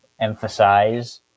emphasize